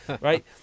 right